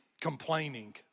complaining